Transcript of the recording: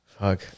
Fuck